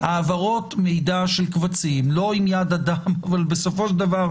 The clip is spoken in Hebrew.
העברות מידע של קבצים לא עם יד אדם אבל בסופו של דבר,